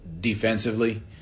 defensively